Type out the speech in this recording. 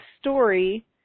story